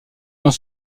dans